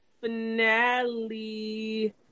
finale